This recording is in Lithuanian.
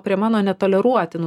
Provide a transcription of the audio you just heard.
prie mano netoleruotinų